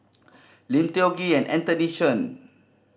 Lim Tiong Ghee Anthony Chen